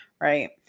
right